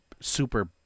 super